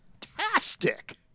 fantastic